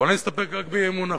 אבל אני אסתפק רק באי-אמון העכשווי.